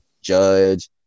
judge